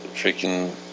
freaking